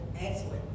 excellent